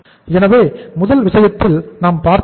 எனவே முதல் விஷயத்தில் நாம் பார்த்தது என்ன